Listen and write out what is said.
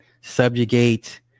Subjugate